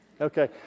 Okay